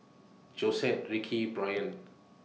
Josette Rickie Brian